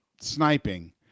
sniping